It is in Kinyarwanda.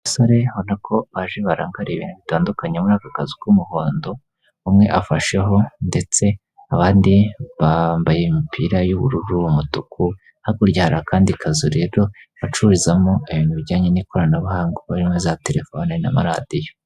Abasore abona ko baje barangariye bitandukanye muri aka kazu k'umuhondo, umwe afasheho ndetse abandi bambaye imipira y'ubururu, umutuku hakurya har'akandi kazu rero bacururizamo ibintu bijyanye n'ikoranabuhanga harimo za telefone n'amaradiyo.